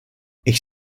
ich